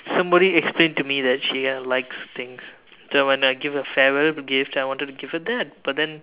somebody explain to me that she have liked things so when I give her a farewell gift I wanted to give her that but then